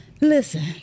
Listen